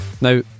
Now